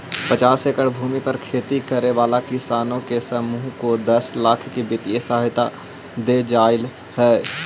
पचास एकड़ भूमि पर खेती करे वाला किसानों के समूह को दस लाख की वित्तीय सहायता दे जाईल हई